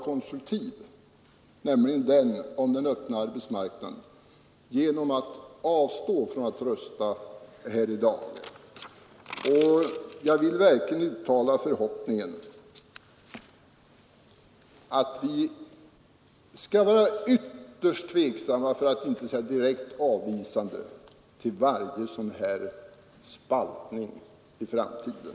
Detta ger mig ryggen fri för att få till stånd en konstruktiv debatt om den öppna arbetsmarknaden. Jag uttalar verkligen förhoppningen att vi skall vara ytterst tveksamma, för att inte säga direkt avvisande till varje spaltning i framtiden.